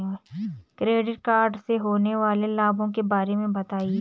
Credit card से होने वाले लाभों के बारे में बताएं?